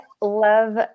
love